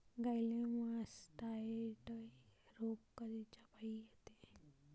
गाईले मासटायटय रोग कायच्यापाई होते?